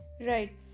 Right